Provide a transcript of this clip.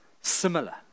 similar